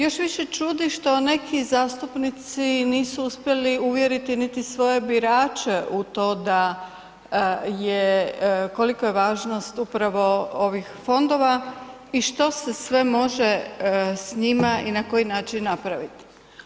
Još više čudi što neki zastupnici nisu uspjeli uvjeriti niti svoje birače u to da je, kolika je važnost upravo ovih fondova i što se sve može s njima i na koji način napraviti.